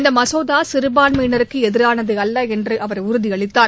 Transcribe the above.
இந்த மசோதா சிறுபான்மையினருக்கு எதிரானதல்ல என்று அவர் உறுதியளித்தார்